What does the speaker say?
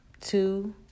Two